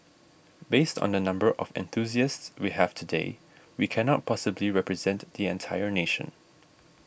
based on the number of enthusiasts we have today we cannot possibly represent the entire nation